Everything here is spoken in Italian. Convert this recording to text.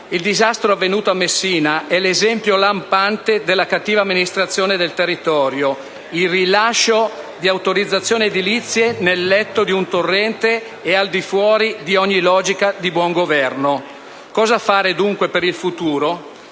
Il disastro avvenuto a Messina è l'esempio lampante della cattiva amministrazione del territorio: il rilascio di autorizzazioni edilizie nel letto di un torrente si pone al di fuori di ogni logica di buon governo. Cosa fare dunque per il futuro?